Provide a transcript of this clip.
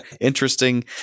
interesting